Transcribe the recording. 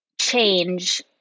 change